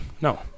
no